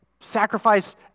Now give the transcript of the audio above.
sacrifice